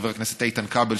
חבר הכנסת איתן כבל,